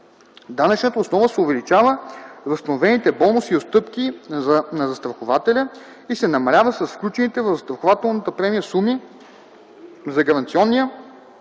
Данъчната основа се увеличава с възстановените бонуси и отстъпки на застрахователя и се намалява с включените в застрахователната премия, суми за Гаранционния